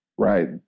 Right